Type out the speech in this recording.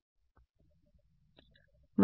విద్యార్థి సరిహద్దు షరతులు